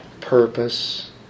purpose